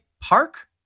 Park